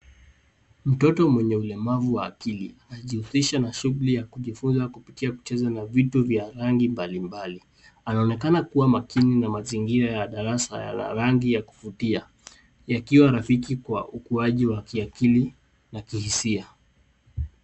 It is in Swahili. Mtoto mwenye ulemavu wa akili anajihusisha na shughuli ya kujifunza kupitia kucheza na vitu vya rangi mbalimbali . Anaonekana kuwa makini na mazingira ya darasa yana rangi ya kuvutia yakiwa rafiki kwa ukuaji wa kiakili na kihisia.